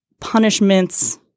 punishments